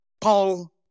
Paul